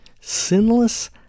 sinless